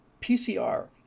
PCR